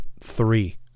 three